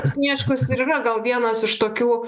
sniečkus ir yra gal vienas iš tokių